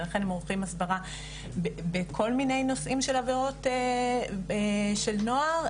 ולכן הם עורכים הסברה בכל מיני נושאים של עבירות של נוער,